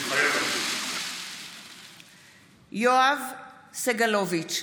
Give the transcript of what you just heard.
מתחייב אני יואב סגלוביץ'